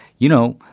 you know,